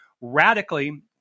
radically